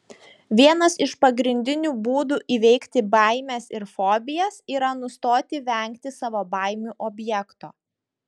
vienas iš pagrindinių būdų įveikti baimes ir fobijas yra nustoti vengti savo baimių objekto